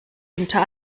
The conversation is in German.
hinter